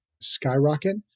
skyrocket